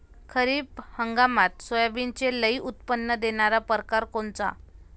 खरीप हंगामात सोयाबीनचे लई उत्पन्न देणारा परकार कोनचा?